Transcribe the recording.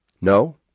No